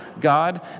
God